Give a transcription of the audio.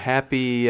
Happy